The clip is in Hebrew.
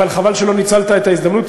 אבל חבל שלא ניצלת את ההזדמנות.